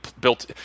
built